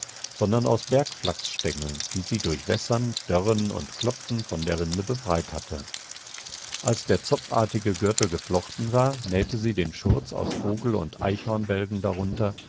sondern aus bergflachsstengeln die sie durch wässern dörren und klopfen von der rinde befreit hatte als der zopfartige gürtel geflochten war nähte sie den schurz aus vogel und eichhornbälgen darunter